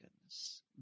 goodness